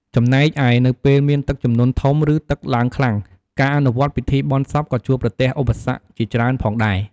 ចំណែកឯ នៅពេលមានទឹកជំនន់ធំ ឬទឹកឡើងខ្លាំង ការអនុវត្តពិធីបុណ្យសពក៏ជួបប្រទះឧបសគ្គជាច្រើនផងដែរ។